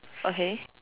okay